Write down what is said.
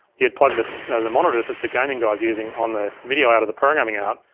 you'd plug the the monitor that the gaming guy's using on the video out of the programming out,